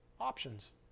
Options